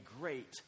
great